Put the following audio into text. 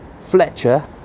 Fletcher